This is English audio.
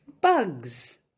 Bugs